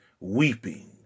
weeping